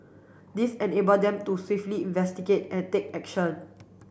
this enable them to swiftly investigate and take action